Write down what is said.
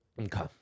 Okay